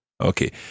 Okay